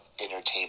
entertainment